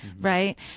right